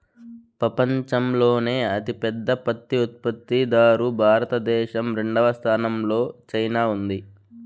పపంచంలోనే అతి పెద్ద పత్తి ఉత్పత్తి దారు భారత దేశం, రెండవ స్థానం లో చైనా ఉంది